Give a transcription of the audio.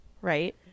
right